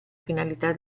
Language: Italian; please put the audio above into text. finalità